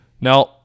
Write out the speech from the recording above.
Now